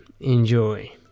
Enjoy